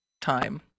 time